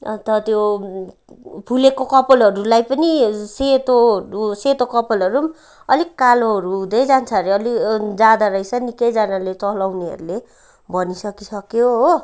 अन्त त्यो फुलेको कपालहरूलाई पनि सेतो सेतो कपालहरू नि अलिक कालोहरू हुँदै जान्छ अरे अलि जाँदारहेछ निकैजनाले चलाउनेहरूले भनी सकिसक्यो हो